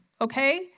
okay